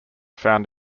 found